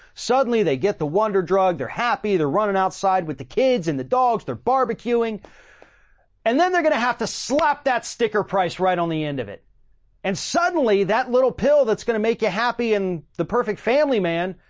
suddenly they get the wonder drug, they're happy, they're running outside with the kids and the dogs. they're barbecuing and then they're going to have to slap that sticker price right on the end of it and suddenly that little pill that's gonna make you happy and the perfect family man,